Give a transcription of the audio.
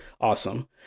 Awesome